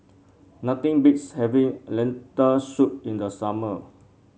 nothing beats having Lentil Soup in the summer